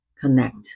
Connect